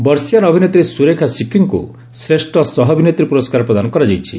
ବର୍ଷୀୟାନ୍ ଅଭିନେତ୍ରୀ ସୁରେଖା ସିକ୍ରିଙ୍କୁ ଶ୍ରେଷ୍ଠ ସହ ଅଭିନେତ୍ରୀ ପ୍ରରସ୍କାର ପ୍ରଦାନ କରାଯାଇଛି